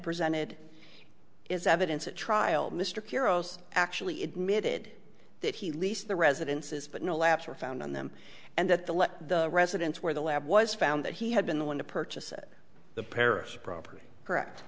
presented is evidence at trial mr keros actually admitted that he lease the residences but no labs were found on them and that the let the residence where the lab was found that he had been the one to purchase it the parish property correct